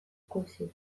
ikusi